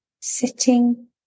sitting